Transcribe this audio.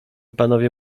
panowie